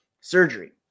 surgery